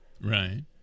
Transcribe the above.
right